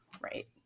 Right